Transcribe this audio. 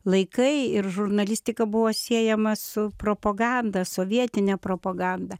laikai ir žurnalistika buvo siejama su propaganda sovietine propaganda